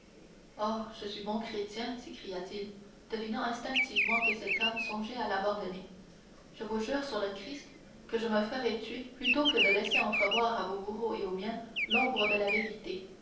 je suis bon chrétien s'écria-t-il devinant instinctivement que cet homme songeait à l'abandonner je vous jure sur le christ que je me ferai tuer plutôt que de laisser entrevoir à vos bourreaux et aux miens l'ombre de la vérité